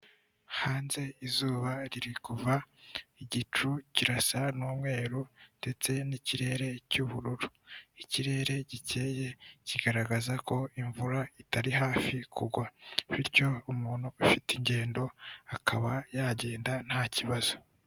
Hanze izuba riri kuva igicu kirasa n'umweru ndetse n'ikirere cy'ubururu ikirere gikeye kigaragaza ko imvura itari hafi kugwa bityo umuntu afite ingendo akaba yagenda nta kibazo.